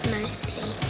mostly